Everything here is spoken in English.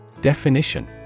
Definition